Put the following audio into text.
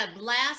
last